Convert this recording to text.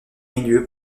milieu